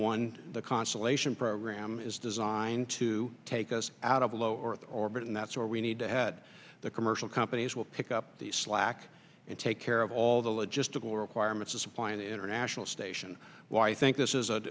one the constellation program is designed to take us out of low or orbit and that's where we need to head the commercial companies will pick up the slack and take care of all the logistical requirements of supplying the international station why i think this is a